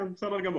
כן, בסדר גמור.